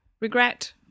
Regret